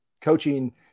coaching